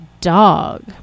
dog